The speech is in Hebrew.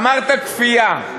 אמרתם כפייה,